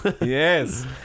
Yes